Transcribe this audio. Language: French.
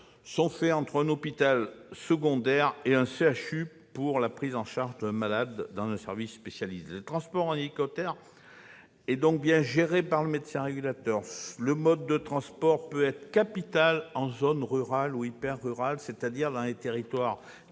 sont faits entre un hôpital secondaire et un CHU pour assurer la prise en charge d'un malade dans un service spécialisé. Le transport en hélicoptère est donc bien géré par le médecin régulateur. Ce mode de transport peut être capital en zone rurale ou hyper-rurale, c'est-à-dire dans les territoires